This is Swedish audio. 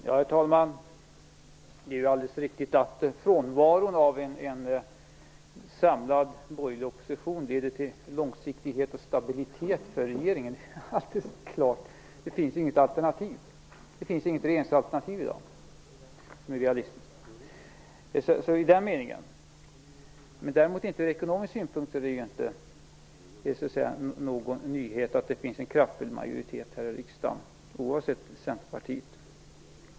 Herr talman! Det är alldeles riktigt att frånvaron av en samlad borgerlig opposition leder till långsiktighet och stabilitet för regeringen. Det är klart. Det finns ju inte något realistiskt regeringsalternativ i dag. Men ur ekonomisk synpunkt är det inte någon nyhet att det finns en kraftig majoritet här i riksdagen, oavsett Centerpartiet.